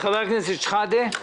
חבר הכנסת שחאדה.